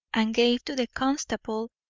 and gave to the constable,